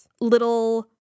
little